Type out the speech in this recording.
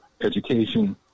education